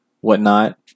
whatnot